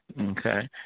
Okay